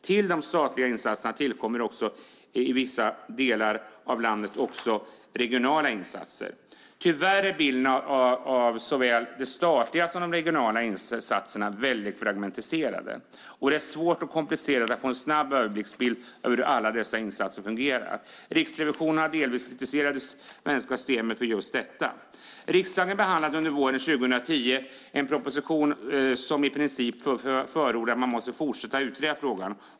Till de statliga insatserna kommer i vissa delar av landet också regionala insatser. Tyvärr är bilden av såväl de statliga som de regionala insatserna väldigt fragmentiserade, och det är svårt och komplicerat att få en snabb överblicksbild av hur alla dessa insatser fungerar. Riksrevisionen har delvis kritiserat det svenska systemet för just detta. Riksdagen behandlade under våren 2010 en proposition som i princip förordade att man måste fortsätta utreda frågan.